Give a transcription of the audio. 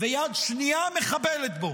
ויד שנייה מחבלת בו?